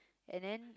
and then